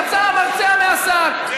יצא המרצע מהשק.